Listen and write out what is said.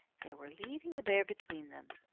they were leading the bear between them.